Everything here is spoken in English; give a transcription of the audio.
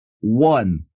one